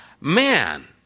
Man